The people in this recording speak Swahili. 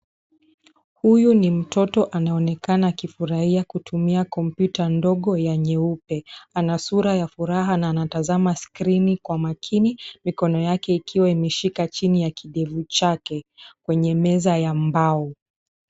Huyu ni mtoto anaonekana akifurahia kutumia kompyuta ndogo ya nyeupe. Ana sura ya furaha na anatazama skrini kwa makini mikono yake ikiwa imeshika chini ya kidevu chake kwenye meza ya mbao.